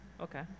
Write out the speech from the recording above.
okay